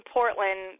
Portland